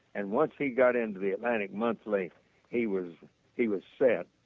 and once he got into the atlantic monthly he was he was set.